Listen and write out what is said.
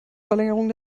verlängerung